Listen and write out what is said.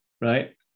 right